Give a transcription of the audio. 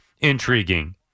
intriguing